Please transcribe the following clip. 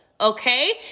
Okay